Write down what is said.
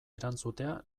erantzutea